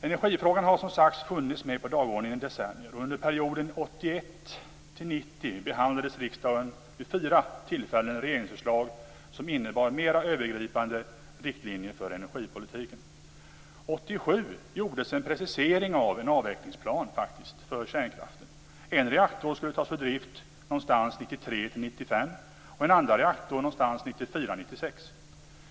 Energifrågan har som sagt funnits med på dagordningen i decennier. Under perioden 1981-1990 behandlade riksdagen vid fyra tillfällen regeringsförslag som innebar mer övergripande riktlinjer för energipolitiken. 1987 gjordes en precisering av en avvecklingsplan för kärnkraften. En reaktor skulle tas ur drift någon gång 1993-1995, och en andra reaktor någon gång 1994-1996.